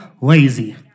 lazy